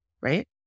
right